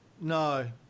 no